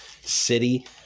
City